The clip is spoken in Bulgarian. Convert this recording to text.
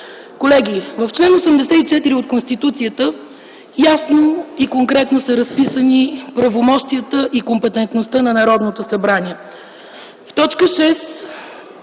Колеги, в чл. 84 от Конституцията ясно и конкретно са разписани правомощията и компетентността на Народното събрание.